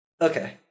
Okay